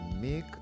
make